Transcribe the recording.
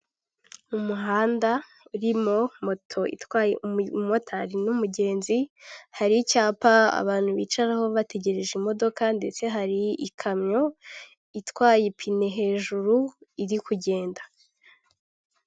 Umuhanda urimo moto itwaye umumotari n'umugenzi hari icyapa abantu bicaraho bategereje imodoka ndetse hari ikamyo itwaye ipine hejuru iri kugenda.